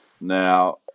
Now